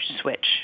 switch